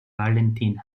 valentin